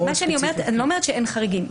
אני לא אומרת שאין חריגים.